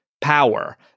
power –